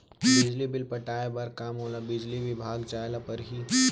बिजली बिल पटाय बर का मोला बिजली विभाग जाय ल परही?